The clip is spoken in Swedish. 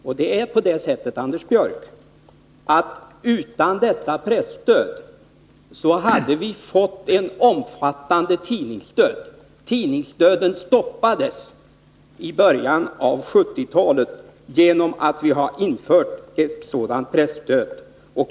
Utan detta presstöd hade vi, Anders Björck, fått en omfattande tidningsdöd. Den stoppades i början av 1970-talet genom att vi införde detta presstöd.